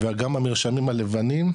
וגם המרשמים הלבנים,